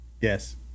Yes